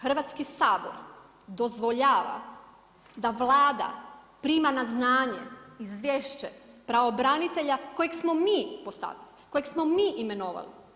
Hrvatski sabor dozvoljava da Vlada prima na znanje izvješće pravobranitelja kojeg smo mi postavili, kojeg smo mi imenovali.